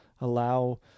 Allow